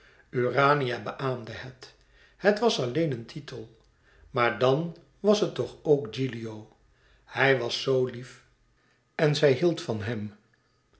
urania beaamde het het wàs alleen een titel maar dan was het toch ook gilio hij was zoo lief en zij hield van hem